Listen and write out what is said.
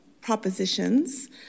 propositions